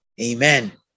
Amen